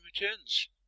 Returns